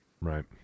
Right